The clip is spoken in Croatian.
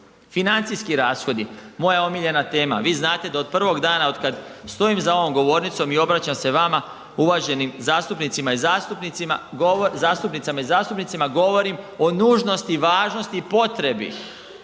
Financijski rashodi, moja omiljena tema. Vi znate da od prvog dana od kad stojim za ovom govornicom i obraćam se vama, uvaženim zastupnicama i zastupnicima, govorim o nužnosti i važnosti i potrebi